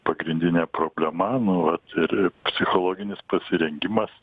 pagrindinė problema nu vat ir psichologinis pasirengimas